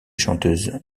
chanteuses